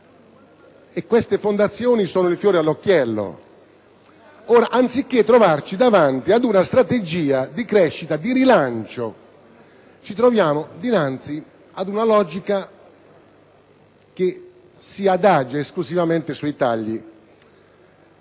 Le fondazioni sono il nostro fiore all'occhiello. Eppure, anziché trovarci davanti ad una strategia di crescita e di rilancio, ci troviamo dinanzi ad una logica che si adagia esclusivamente sui tagli.